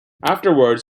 afterwards